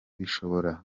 bishobora